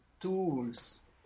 tools